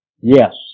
Yes